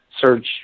search